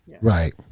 Right